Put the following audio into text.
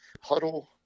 huddle